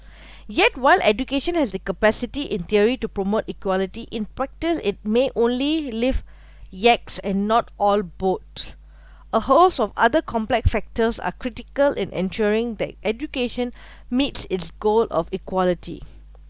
yet while education has the capacity in theory to promote equality in practice it may only live yaks and not all boat a host of other complex factors are critical in ensuring the education meets its goal of equality